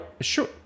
sure